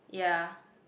ya